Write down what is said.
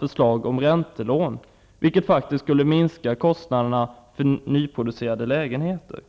förslag om räntelån, vilket faktiskt skulle minska kostnaderna för nyproducerade lägenheter.